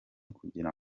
kugira